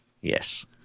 Yes